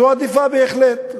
היא עדיפה בהחלט.